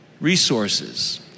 resources